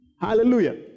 Hallelujah